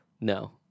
No